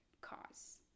cause